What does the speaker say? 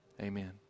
Amen